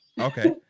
Okay